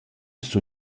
sun